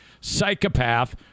psychopath